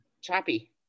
choppy